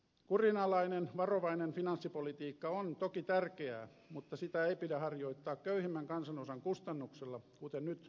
kurinalainen varovainen finanssipolitiikka on toki tärkeää mutta sitä ei pidä harjoittaa köyhimmän kansanosan kustannuksella kuten nyt tapahtuu meilläkin